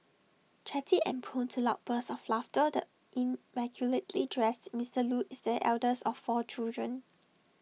chatty and prone to loud bursts of laughter the immaculately dressed Mister Loo is the eldest of four children